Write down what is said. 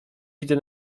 widzę